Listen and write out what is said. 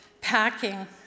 packing